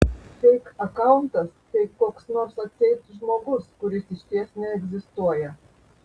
feik akauntas tai koks nors atseit žmogus kuris išties neegzistuoja